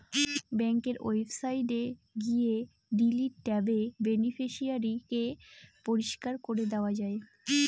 bank ওয়েবসাইটে গিয়ে delete ট্যাবে বেনিফিশিয়ারি কে পরিষ্কার করে দেওয়া যায়